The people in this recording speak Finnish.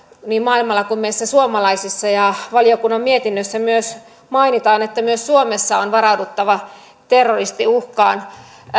niin maailmalla kuin meissä suomalaisissa ja valiokunnan mietinnössä myös mainitaan että myös suomessa on varauduttava terroristiuhkaan